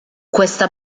questa